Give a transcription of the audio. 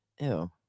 Ew